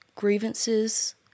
grievances